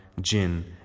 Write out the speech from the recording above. jinn